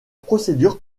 procédure